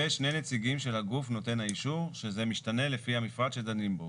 ושני נציגים של הגוף נותן האישור - שזה משתנה לפי המפרט שדנים בו.